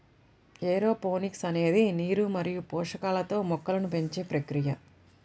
aeroponics అనేది నీరు మరియు పోషకాలతో మొక్కలను పెంచే ప్రక్రియ